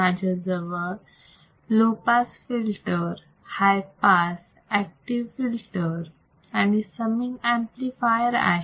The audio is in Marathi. माझ्याजवळ low pass filter high pass active filter आणि समिंग ऍम्प्लिफायर आहे